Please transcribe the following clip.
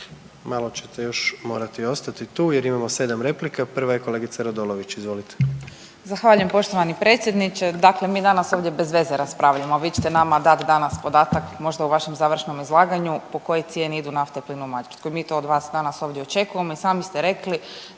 Malo čete još morati ostati tu jer imamo 7 replika. Prva je kolegica Radolović, izvolite. **Radolović, Sanja (SDP)** Zahvaljujem poštovani predsjedniče. Dakle, mi danas ovdje bez veze raspravljamo, vi ćete nama dat danas podatak možda u vašem završnom izlaganju po kojoj cijeni idu nafta prema Mađarskoj. Mi to od vas danas očekujemo. I sami ste rekli